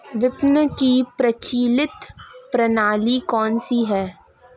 विपणन की प्रचलित प्रणाली कौनसी है?